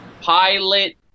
Pilot